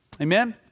Amen